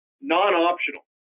non-optional